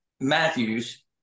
Matthews